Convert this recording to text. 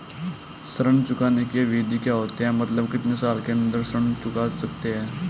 ऋण चुकाने की अवधि क्या होती है मतलब कितने साल के अंदर ऋण चुका सकते हैं?